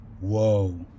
Whoa